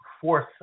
fourth